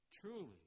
Truly